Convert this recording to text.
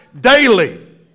daily